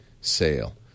sale